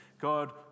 God